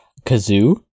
Kazoo